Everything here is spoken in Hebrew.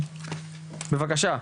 בבקשה,